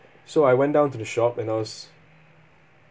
so I went down to the shop and I was